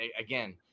again